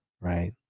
right